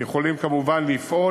יכולים כמובן לפעול.